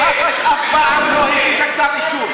מח"ש אף פעם לא הגישה כתב אישום.